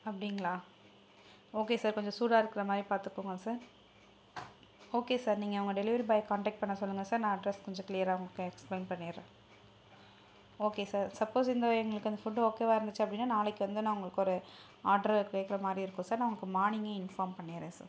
அப்படிங்களா okay sir கொஞ்சம் சூடாக இருக்கிற மாதிரி பார்த்துக்கோங்க சார் ஓகே சார் நீங்கள் உங்க டெலிவரி பாயை காண்டக்ட் பண்ண சொல்லுங்கள் சார் நான் அட்ரஸ் கொஞ்சம் க்ளீயராக அவங்களுக்கு எக்ஸ்பிளைன் பண்ணிடுறேன் ஓகே சார் சப்போஸ் இந்த எங்களுக்கு அந்த ஃபுட்டு ஓகேவாக இருந்துச்சு அப்படின்னா நாளைக்கு வந்து நான் உங்களுக்கு ஒரு ஆட்ரு கேக்கிற மாதிரி இருக்கும் சார் நான் உங்களுக்கு மார்னிங்கே இன்ஃபார்ம் பண்ணிடுறேன் சார்